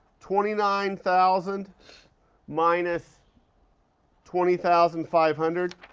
twenty nine thousand minus twenty thousand five hundred?